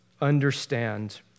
understand